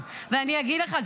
ואנחנו גאים להיות ישראלים,